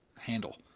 handle